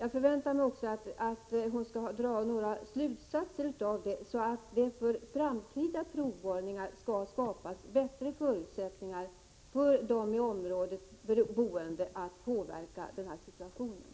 Jag förväntar mig emellertid att energiministern skall ha dragit några slutsatser av detta, så att det i samband med framtida provborrningar kommer att skapas bättre förutsättningar för de boende i området att påverka situationen.